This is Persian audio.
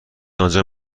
آنجا